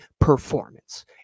performance